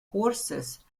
courses